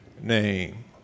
name